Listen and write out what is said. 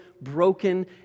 broken